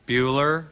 Bueller